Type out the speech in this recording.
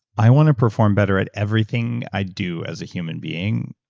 i want to perform better at everything i do as a human being.